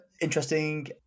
interesting